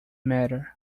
matter